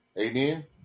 Amen